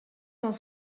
cent